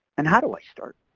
and how do i start?